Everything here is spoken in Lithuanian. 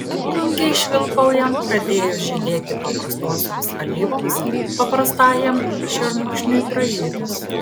volungei švilpaujant pradėjus žydėti paprastosioms alyvoms paprastajam šermukšniui pražydus